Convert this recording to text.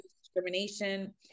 discrimination